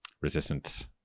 resistance